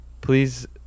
please